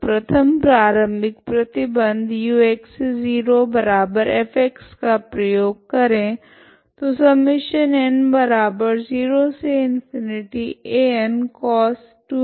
तो प्रथम प्रारम्भिक प्रतिबंध ux0f का प्रयोग करे